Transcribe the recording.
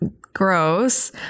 gross